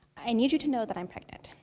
i need you to know that i'm pregnant.